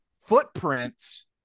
footprints